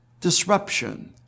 disruption